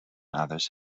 others